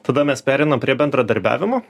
tada mes pereinam prie bendradarbiavimo